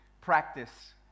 practice